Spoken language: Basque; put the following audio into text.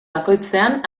bakoitzean